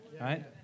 right